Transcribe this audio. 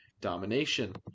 domination